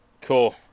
Cool